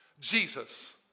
Jesus